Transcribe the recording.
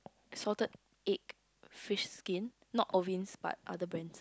salted egg fish skin not Irvin's but other brands